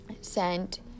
sent